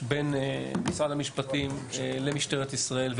בין משרד המשפטים למשטרת ישראל,